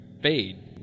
fade